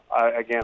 again